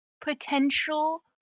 potential